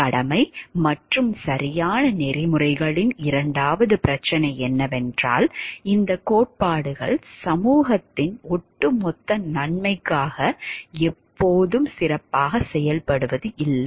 கடமை மற்றும் சரியான நெறிமுறைகளின் இரண்டாவது பிரச்சனை என்னவென்றால் இந்த கோட்பாடுகள் சமூகத்தின் ஒட்டுமொத்த நன்மைக்காக எப்போதும் சிறப்பாக செயல்படுவதில்லை